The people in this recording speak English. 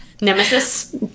nemesis